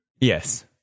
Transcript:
Yes